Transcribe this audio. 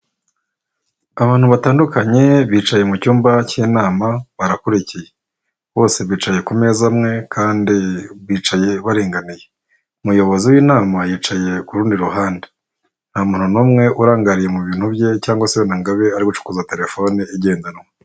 Abantu batandukanye bicaye mu cyumba cy'inama barakurikiye, bose bicaye ku meza amwe kandi bicaye barenganiye. Umuyobozi w'inama yicaye ku rundi ruhande, nta muntu n'umwe urangariye mu bintu bye cyangwa se ngo abe ari gucokoza terefone igendanwa.